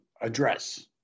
address